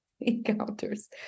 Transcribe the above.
encounters